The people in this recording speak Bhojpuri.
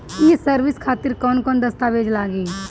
ये सर्विस खातिर कौन कौन दस्तावेज लगी?